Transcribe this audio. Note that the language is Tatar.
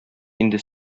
инде